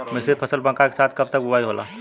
मिश्रित फसल मक्का के साथ कब तक बुआई होला?